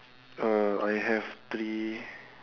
uh I have three